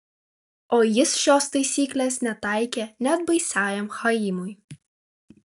o jis šios taisyklės netaikė net baisiajam chaimui